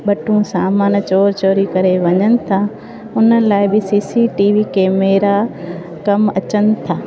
ॿटूं सामानु चोरु चोरी करे वञनि था हुन लाइ बि C C T V camera कमु अचनि था